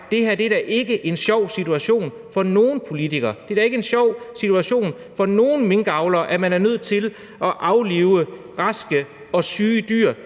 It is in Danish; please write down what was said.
det her er da ikke en sjov situation for nogen politikere, det er da ikke en sjov situation for nogen minkavlere, at man er nødt til at aflive raske og syge dyr.